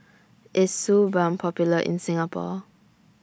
IS Suu Balm Popular in Singapore